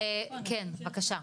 כן, בבקשה.